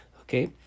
Okay